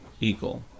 Eagle